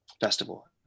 Festival